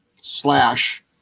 slash